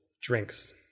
drinks